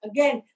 Again